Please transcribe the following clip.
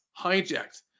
hijacked